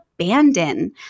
abandon